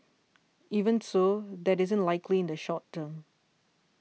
even so that isn't likely in the short term